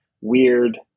weird